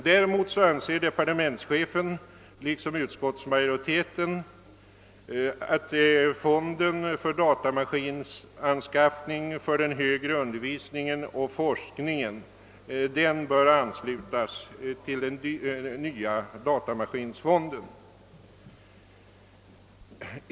Däremot anser departementschefen, liksom utskottsmajoriteten, att fonden för anskaffning av datamaskiner för högre undervisning och forskning bör anslutas till den nya datamaskinfonden.